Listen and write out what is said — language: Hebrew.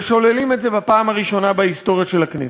ושוללים את זה בפעם הראשונה בהיסטוריה של הכנסת.